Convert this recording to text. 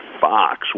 Fox